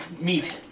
meat